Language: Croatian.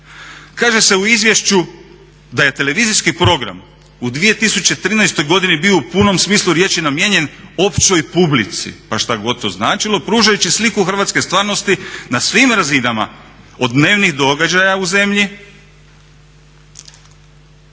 Kaže se u izvješću da je televizijski program u 2013. godini bio u punom smislu riječi namijenjen općoj publici pa šta god to značilo pružajući sliku hrvatske stvarnosti na svim razinama od dnevnim događaja u zemlji,